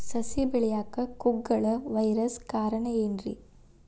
ಸಸಿ ಬೆಳೆಯಾಕ ಕುಗ್ಗಳ ವೈರಸ್ ಕಾರಣ ಏನ್ರಿ?